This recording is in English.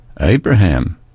Abraham